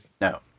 No